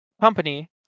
company